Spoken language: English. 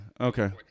Okay